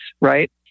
right